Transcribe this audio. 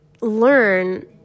learn